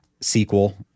sequel